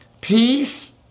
peace